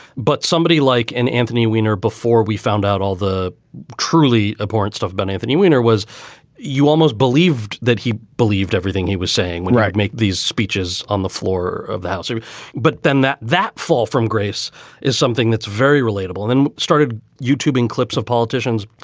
but somebody like an anthony wiener before we found out all the truly important stuff. but anthony weiner was you almost believed that he believed everything he was saying when you make these speeches on the floor of the house. and but then that that fall from grace is something that's very relatable. then started youtube clips of politicians.